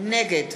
נגד